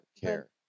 care